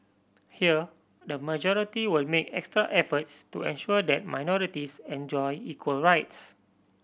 here the majority will make extra efforts to ensure that minorities enjoy equal rights